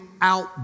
out